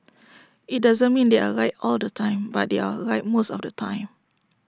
IT doesn't mean they are right all the time but they are right most of the time